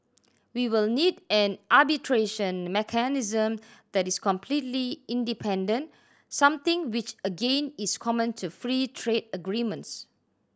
we will need an arbitration mechanism that is completely independent something which again is common to free trade agreements